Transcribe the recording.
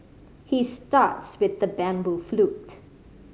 he starts with the bamboo flute